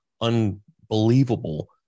unbelievable